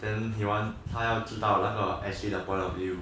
then he want 他要知道那个的 point of view